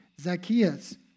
Zacchaeus